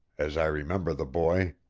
as i remember the boy.